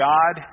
God